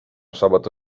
sabato